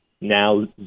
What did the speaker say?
Now